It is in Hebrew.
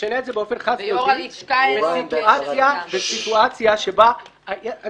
משנה את זה באופן חד-צדדי בסיטואציה שבה --- ויו"ר הלשכה,